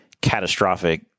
catastrophic